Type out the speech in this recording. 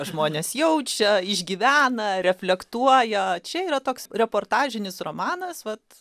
žmonės jaučia išgyvena reflektuoja čia yra toks reportažinis romanas vat